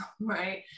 right